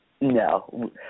No